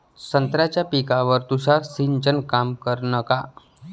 संत्र्याच्या पिकावर तुषार सिंचन काम करन का?